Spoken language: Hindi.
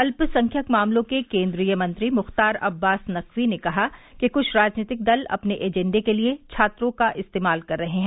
अल्पसंख्यक मामलों के केन्द्रीय मंत्री मुख्तार अब्बास नक़वी ने कहा कि कुछ राजनीतिक दल अपने एजेंडे के लिए छात्रों का इस्तेमाल कर रहे हैं